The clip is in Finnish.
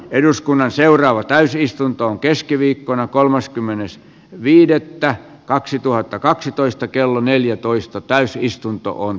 eduskunnan seuraava täysistuntoon keskiviikkona kolmaskymmenes viidettä kaksituhattakaksitoista kello neljätoista täysistuntoon